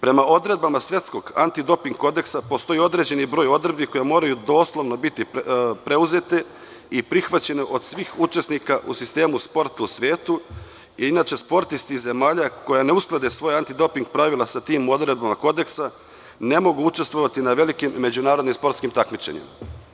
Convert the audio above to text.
Prema odredbama Svetskog antidoping kodeksa postoji određeni broj odredbi koje moraju dosledno biti preuzete i prihvaćene od svih učesnika u sistemu sporta u svetu, jer, inače, sportisti zemalja koje ne usklade svoja antidoping pravila sa tim odredbama Kodeksa, ne mogu učestvovati na velikim međunarodnim sportskim takmičenjima.